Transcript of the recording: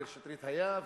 מאיר שטרית היה,